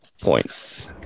points